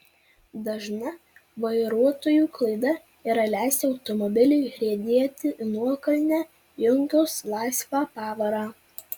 dažna vairuotojų klaida yra leisti automobiliui riedėti į nuokalnę įjungus laisvą pavarą